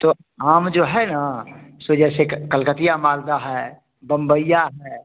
तो आम जो है ना सो जैसे कि कलकतिया मालदा है बंबइया है